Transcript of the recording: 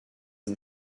and